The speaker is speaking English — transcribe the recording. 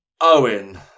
Owen